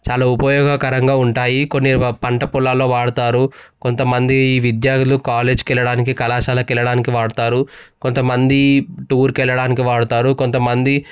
చాలా ఉపయోగకరంగా ఉంటాయి కొన్ని పంట పొలాలలో వాడుతారు కొంతమంది విద్యార్థులు కాలేజీకి వెళ్ళడానికి కళాశాలకు వెళ్ళడానికి వాడుతారు కొంతమంది టూర్కి వెళ్ళడానికి వాడుతారు కొంతమంది